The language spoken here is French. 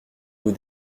vous